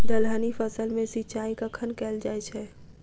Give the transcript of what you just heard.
दलहनी फसल मे सिंचाई कखन कैल जाय छै?